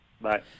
Bye